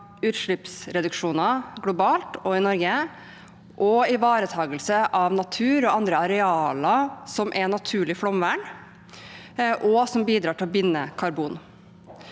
utslippsreduksjoner globalt og i Norge, samt på ivaretakelse av natur og andre arealer som er naturlig flomvern, og som bidrar til å binde karbon.